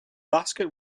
basket